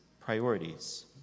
priorities